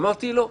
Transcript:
אמרתי, לא.